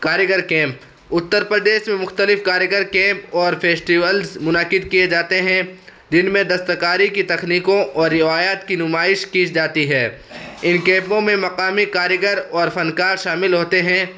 کاریگر کیمپ اتّر پردیش میں مختلف کاریگر کیمپ اور فیسٹیولس منعقد کئے جاتے ہیں جن میں دستکاری کی تکنیکوں اور روایات کی نمائش کی جاتی ہے ان کیمپوں میں مقامی کاریگر اور فنکار شامل ہوتے ہیں